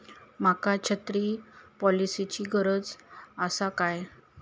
माका छत्री पॉलिसिची गरज आसा काय?